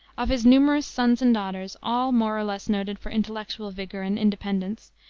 of his numerous sons and daughters, all more or less noted for intellectual vigor and independence,